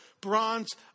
bronze